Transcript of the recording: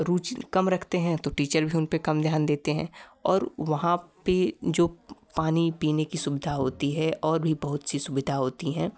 रुचि कम रखते हैं तो टीचर भी उन पर कम ध्यान देते हैं और वहाँ पर जो पानी पीने की सुविधा होती है और भी बहुत सी सुविधा होती है